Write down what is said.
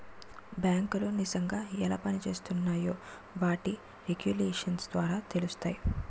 బేంకులు నిజంగా ఎలా పనిజేత్తున్నాయో వాటి రెగ్యులేషన్స్ ద్వారానే తెలుత్తాది